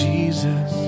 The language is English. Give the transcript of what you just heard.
Jesus